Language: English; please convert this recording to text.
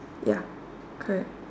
ya correct